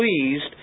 pleased